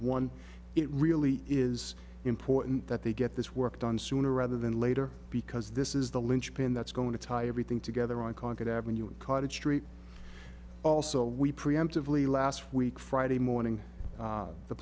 one it really is important that they get this work done sooner rather than later because this is the linchpin that's going to tie everything together on concord avenue and cottage street also we preemptively last week friday morning